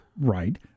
Right